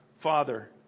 Father